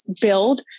build